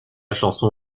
chanson